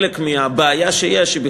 סגן השר, סגן